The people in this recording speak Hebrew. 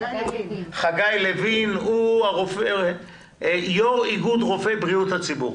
חגי לוין הוא יו"ר איגוד רופאי בריאות הציבור.